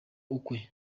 ukwe